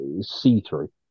see-through